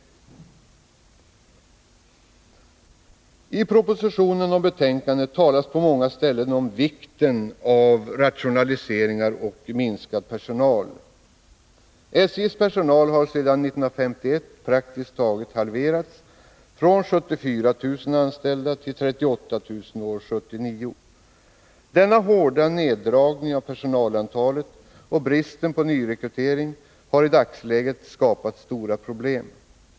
Både i propositionen och i betänkandet talas på många ställen om vikten av rationaliseringar och minskad personal. SJ:s personal har sedan 1951 praktiskt taget halverats. Det har skett en minskning från 74 000 anställda till 38 000 anställda år 1979. Denna hårda neddragning av personalantalet samt bristen när det gäller nyrekrytering har i dagsläget skapat stora problem.